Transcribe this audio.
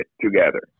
together